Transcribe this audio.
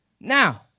Now